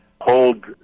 hold